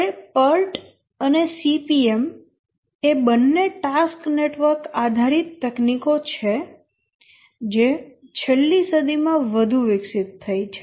હવે PERT અને CPM એ બંને ટાસ્ક નેટવર્ક આધારિત તકનીકો છે જે છેલ્લી સદીમાં વધુ વિકસિત થઈ છે